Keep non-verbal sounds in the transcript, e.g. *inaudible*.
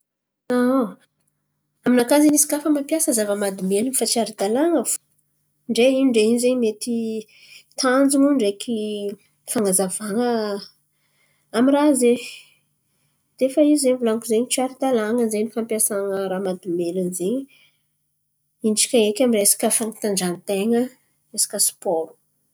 *hesitation* Aminakà zen̈y izy kà fa mampiasa zava-mahadomelin̈y fa tsy ara-dalàn̈a fo ndray ino ndray ino zen̈y mety tanjon̈o ndreky fan̈azavan̈a amy raha zen̈y. De efa izy zen̈y volan̈iko zen̈y tsy ara-dalàn̈a zen̈y fampiasan̈a raha mahadomelin̈y zen̈y intsaka eky amy resaka fan̈atanjahan-ten̈a resaka sipôro.